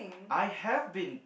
I have been